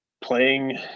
playing